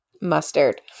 Mustard